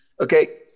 Okay